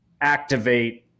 activate